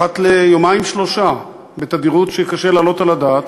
אחת ליומיים-שלושה, בתדירות שקשה להעלות על הדעת,